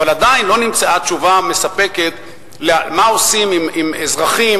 אבל עדיין לא נמצאה תשובה מספקת לְמה עושים עם אזרחים